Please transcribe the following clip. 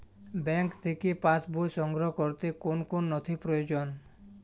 Bank থেকে pass বই সংগ্রহ করতে কোন কোন নথি প্রয়োজন?